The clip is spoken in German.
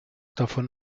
davon